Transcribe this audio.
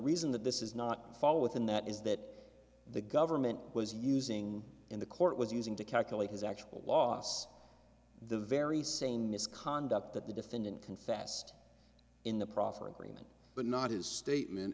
reason that this is not fall within that is that the government was using in the court was using to calculate his actual loss the very same misconduct that the defendant confessed in the process agreement but not his statement